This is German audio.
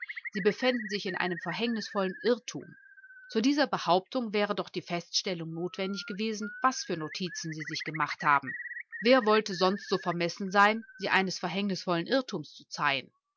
sie befänden sich in einem verhängnisvollen irrtum zu dieser behauptung wäre doch die feststellung notwendig gewesen was für notizen sie sich gemacht haben wer wollte sonst so vermessen sein sie eines verhängnisvollen irrtums zu zeihen